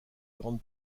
grande